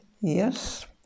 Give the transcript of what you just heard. yes